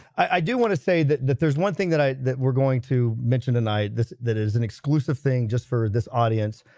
i do want to say that that there's one thing that i that we're going to mention tonight this that is an exclusive thing just for this audience.